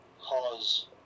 cause